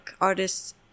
artists